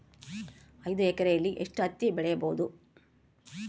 ಐದು ಎಕರೆಯಲ್ಲಿ ಎಷ್ಟು ಹತ್ತಿ ಬೆಳೆಯಬಹುದು?